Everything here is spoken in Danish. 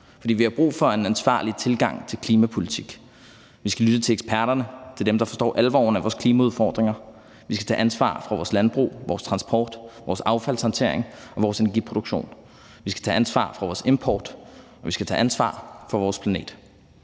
vi har brug for en ansvarlig tilgang til klimapolitik. Vi skal lytte til eksperterne. Det er dem, der forstår alvoren af vores klimaudfordringer. Vi skal tage ansvar for vores landbrug, vores transport, vores affaldshåndtering og vores energiproduktion. Vi skal tage ansvar for vores import, og vi skal tage ansvar for vores planet.